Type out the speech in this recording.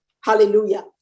Hallelujah